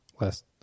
last